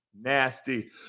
nasty